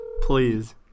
Please